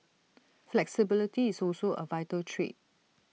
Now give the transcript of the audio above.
flexibility is also A vital trait